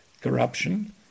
corruption